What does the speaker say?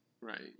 Right